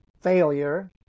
failure